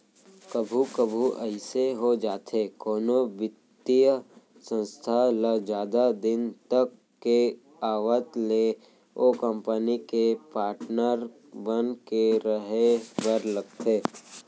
कभू कभू अइसे हो जाथे कोनो बित्तीय संस्था ल जादा दिन तक के आवत ले ओ कंपनी के पाटनर बन के रहें बर लगथे